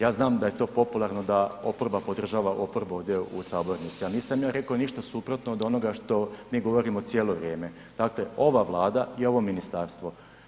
Ja znam da je to popularno da oporba podržava oporbu ovdje u sabornici, a nisam ja rekao ništa suprotno od onoga što mi govorimo cijelo vrijeme dakle, ova Vlada i ovo ministarstvo.